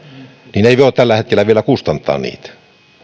että ei voi tällä hetkellä vielä kustantaa niitä